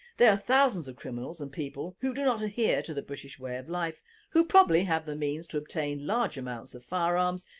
there are thousands of criminals and people who do not adhere to the british way of life who probably have the means to obtain large amounts of firearms,